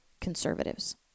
conservatives